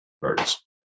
birds